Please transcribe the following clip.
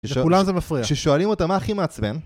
לכולם זה מפריע. כששואלים אותם מה הכי מעצבן